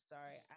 Sorry